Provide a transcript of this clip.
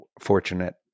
fortunate